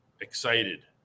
excited